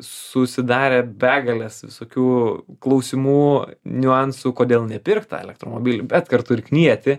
susidarę begales visokių klausimų niuansų kodėl nepirkt tą elektromobilį bet kartu ir knieti